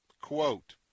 Quote